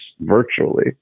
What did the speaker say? virtually